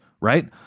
right